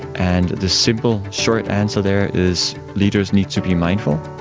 and the simple short answer there is leaders need to be mindful,